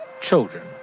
children